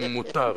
אם מותר לי.